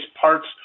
parts